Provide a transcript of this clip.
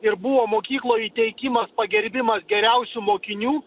ir buvo mokykloj įteikimas pagerbimas geriausių mokinių